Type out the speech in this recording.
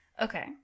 Okay